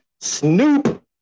Snoop